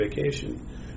vacation